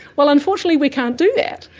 well, unfortunately we can't do that.